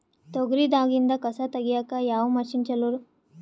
ತೊಗರಿ ದಾಗಿಂದ ಕಸಾ ತಗಿಯಕ ಯಾವ ಮಷಿನ್ ಚಲೋ?